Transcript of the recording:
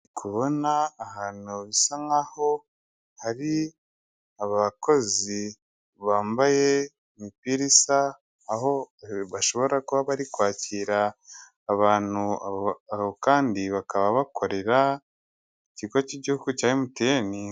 Ndi kubona ahantu bisa nk'aho ari abakozi bambaye imipira isa, aho bashobora kuba bari kwakira abantu, aho kandi bakaba bakorera ikigo cy'igihugu cya MTN.